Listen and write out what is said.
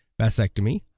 vasectomy